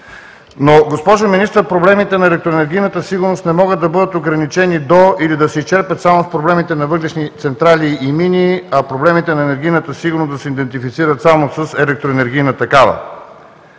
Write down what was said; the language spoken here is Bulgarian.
Госпожо Министър, проблемите на електроенергийната сигурност не могат да бъдат ограничени до или да се изчерпят само с проблемите на въглищни централи и мини, а проблемите на енергийната сигурност да се идентифицират само с електроенергийната такава.